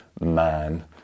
man